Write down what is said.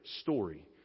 story